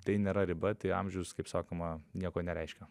tai nėra riba tai amžius kaip sakoma nieko nereiškia